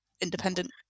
independent